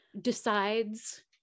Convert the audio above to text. decides